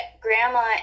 grandma